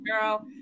girl